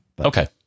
Okay